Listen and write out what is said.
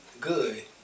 good